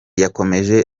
yakomeje